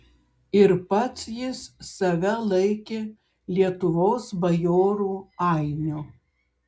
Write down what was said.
ir pats jis save laikė lietuvos bajorų ainiu